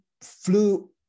flew